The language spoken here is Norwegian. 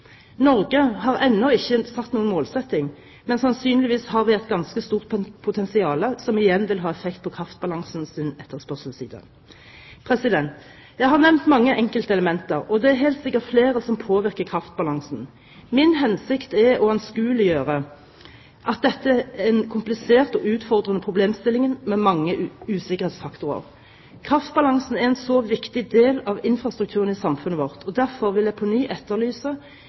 Norge har ennå ikke satt noen målsetting, men sannsynligvis har vi et ganske stort potensial, som igjen vil ha effekt på kraftbalansens etterspørselsside. Jeg har nevnt mange enkeltelementer, og det er helt sikkert flere som påvirker kraftbalansen. Min hensikt er å anskueliggjøre at dette er en komplisert og utfordrende problemstilling med mange usikkerhetsfaktorer. Kraftbalansen er en så viktig del av infrastrukturen i samfunnet vårt, og derfor vil jeg på ny etterlyse